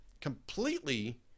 completely